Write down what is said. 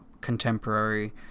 contemporary